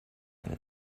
eine